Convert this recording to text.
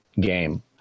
game